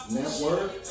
network